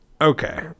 Okay